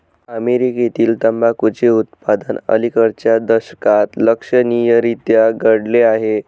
अमेरीकेतील तंबाखूचे उत्पादन अलिकडच्या दशकात लक्षणीयरीत्या घटले आहे